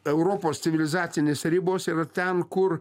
europos civilizacinės ribos yra ten kur